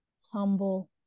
humble